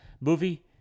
movie